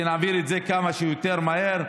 שנעביר את זה כמה שיותר מהר.